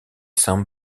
san